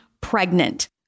pregnant